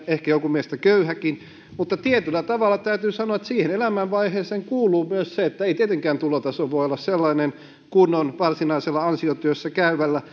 ehkä jonkun mielestä köyhäkin mutta tietyllä tavalla täytyy sanoa että siihen elämänvaiheeseen kuuluu myös se että ei tietenkään tulotaso voi olla sellainen kuin varsinaisessa ansiotyössä käyvällä